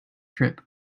trip